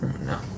No